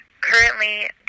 currently